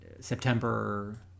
September